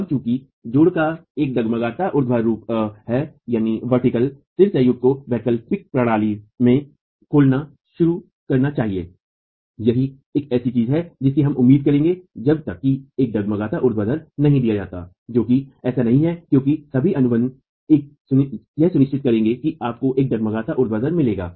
अब चूंकि जोड़ का एक डगमगाता ऊर्ध्वाधर है सिर संयुक्त को वैकल्पिक प्रणाली में खोलना शुरू करना चाहिए यही एक ऐसी चीज है जिसकी हम उम्मीद करेंगे जब तक कि एक डगमगाता ऊर्ध्वाधर नहीं दिया जाता है जो कि ऐसा नहीं है क्योंकि सभी अनुबंध यह सुनिश्चित करेंगे कि आपको एक डगमगाता ऊर्ध्वाधर मिलेगा